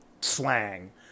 slang